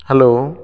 hello